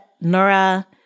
Nora